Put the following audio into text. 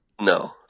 no